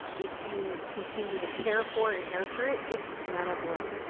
if you continue to care for it and nurture it, it's gonna bloom.